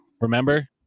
Remember